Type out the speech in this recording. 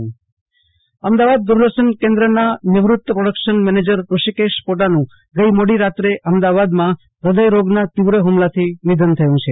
આશુતોષ અંતાણી અવસાન અમદાવાદ દુરદર્શન કેન્દ્રમાં નિવૃત પ્રોડકશન મેનેજર રૂષિકેશ પોટાનું ગઈ મોડી રાતે અમદાવાદમાં હૃદયરોગના તીવ્ર હુમલાથી નિધન થયું છે